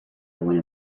one